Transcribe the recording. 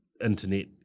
Internet